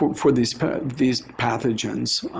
for these these pathogens.